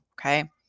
Okay